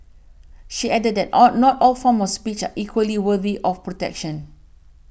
she added that all not all forms of speech equally worthy of protection